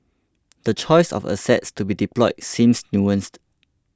the choice of assets to be deployed seems nuanced